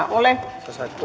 ole